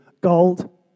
gold